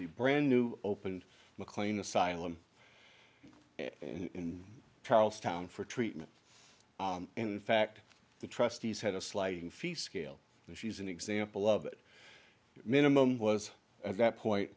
the brand new opened mclane asylum in charlestown for treatment in fact the trustees had a sliding fee scale and she's an example of it minimum was at that point